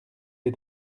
des